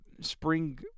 spring